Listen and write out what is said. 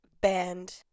band